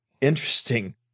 Interesting